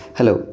Hello